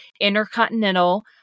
Intercontinental